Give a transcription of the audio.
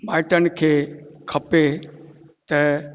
माइटनि खे खपे त